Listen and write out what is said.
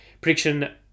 Prediction